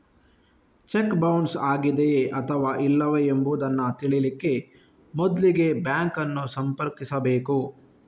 check bounce ಆಗಿದೆಯೇ ಅಥವಾ ಇಲ್ಲವೇ ಎಂಬುದನ್ನ ತಿಳೀಲಿಕ್ಕೆ ಮೊದ್ಲಿಗೆ ಬ್ಯಾಂಕ್ ಅನ್ನು ಸಂಪರ್ಕಿಸ್ಬೇಕು